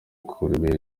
kubera